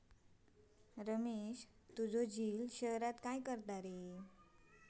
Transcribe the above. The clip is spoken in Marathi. रमेश तुझो झिल शहरात काय करता?